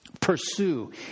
pursue